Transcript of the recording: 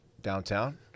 downtown